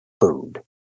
food